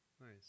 nice